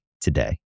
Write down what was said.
today